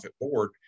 board